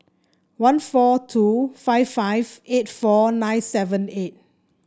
one four two five five eight four nine seven eight